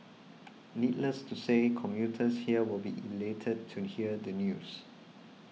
needless to say commuters here will be elated to hear the news